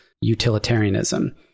utilitarianism